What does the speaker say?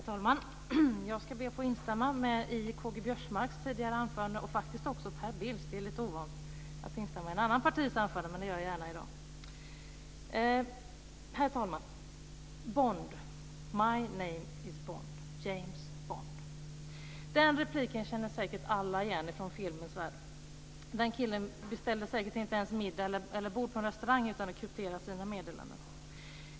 Herr talman! Jag ska be att få instämma i K-G Biörsmarks tidigare anförande, och faktiskt också Per Bills. Det är lite ovant att instämma i ett annat partis anförande, men det gör jag gärna i dag. Herr talman! "My name is Bond, James Bond." Den repliken känner säkert alla igen från filmens värld. Den killen beställer säkert inte ens middag eller bord på en restaurang utan att kryptera sina meddelanden!